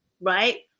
right